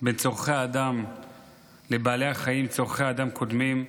בין צורכי האדם לבעלי החיים, צורכי האדם קודמים.